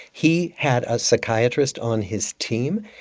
he had a psychiatrist on his team,